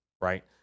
right